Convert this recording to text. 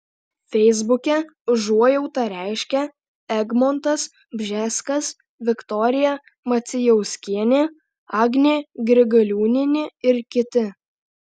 feisbuke užuojautą reiškia egmontas bžeskas viktorija macijauskienė agnė grigaliūnienė ir kiti